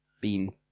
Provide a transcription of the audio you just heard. Bean